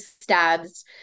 stabs